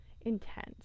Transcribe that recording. intense